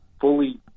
fully